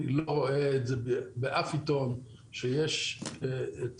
אני לא רואה באף עיתון שיש תחליף.